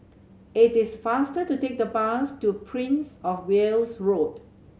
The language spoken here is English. it is faster to take the bus to Prince Of Wales Road